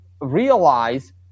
realize